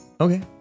okay